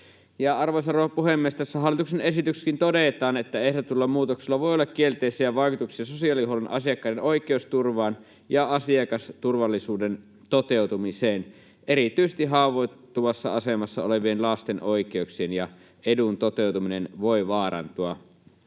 Arvoisa rouva puhemies! Tässä hallituksen esityksessäkin todetaan, että ehdotetulla muutoksella voi olla kielteisiä vaikutuksia sosiaalihuollon asiakkaiden oikeusturvaan ja asiakasturvallisuuden toteutumiseen. Erityisesti haavoittuvassa asemassa olevien lasten oikeuksien ja edun toteutuminen voi vaarantua.